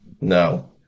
No